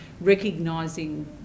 recognising